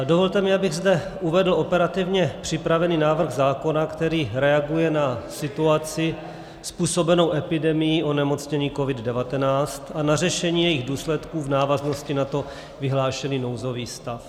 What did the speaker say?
Dovolte mi, abych zde uvedl operativně připravený návrh zákona, který reaguje na situaci způsobenou epidemií onemocnění COVID19 a na řešení jejích důsledků v návaznosti nato vyhlášený nouzový stav.